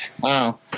Wow